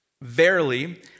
Verily